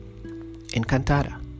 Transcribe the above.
Encantada